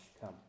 come